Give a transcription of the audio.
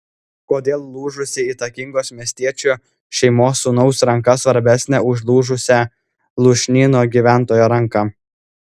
kodėl lūžusi įtakingos miestiečių šeimos sūnaus ranka svarbesnė už lūžusią lūšnyno gyventojo ranką